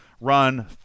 run